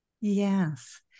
Yes